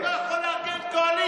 אבל הוא לא יכול לארגן קואליציה.